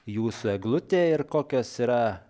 jūsų eglutė ir kokios yra